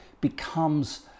becomes